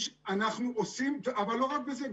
אנחנו עושים, אבל לא רק בזה.